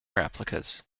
replicas